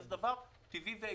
וזה דבר טבעי והגיוני.